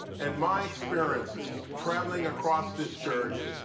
and my experiences traveling across this church